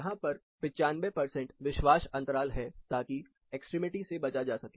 यहां पर 95 परसेंट विश्वास अंतराल है ताकि एक्सट्रीमिटी से बचा जा सके